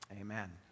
Amen